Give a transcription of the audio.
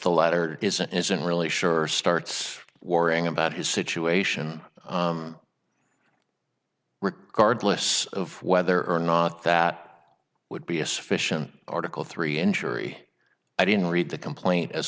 the latter isn't isn't really sure starts worrying about his situation cardless of whether or not that would be a sufficient article three injury i didn't read the complaint as